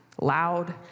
loud